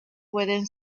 pueden